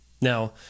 Now